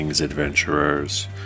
adventurers